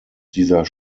dieser